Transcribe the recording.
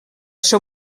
seu